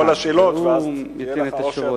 והוא ייתן את התשובות.